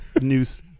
news